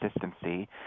consistency